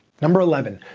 number eleven,